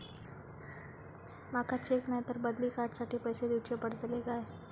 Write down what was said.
माका चेक नाय तर बदली कार्ड साठी पैसे दीवचे पडतले काय?